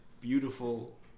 Beautiful